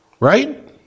Right